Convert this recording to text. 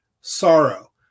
sorrow